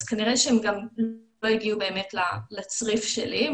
אז כנראה שהם גם לא הגיעו באמת לצריף שלי,